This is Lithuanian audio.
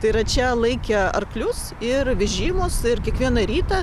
tai yra čia laikė arklius ir vežimus ir kiekvieną rytą